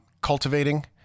cultivating